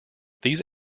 these